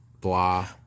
blah